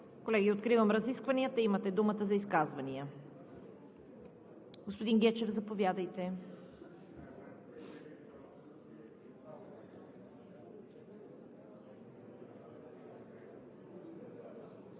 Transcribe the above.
Колеги, откривам разискванията. Имате думата за изказвания. Господин Гечев, заповядайте.